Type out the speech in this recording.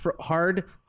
hard